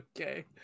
Okay